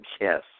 yes